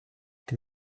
den